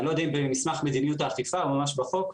אני לא יודע אם במסמך מדיניות האכיפה או ממש בחוק,